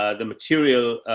ah the material.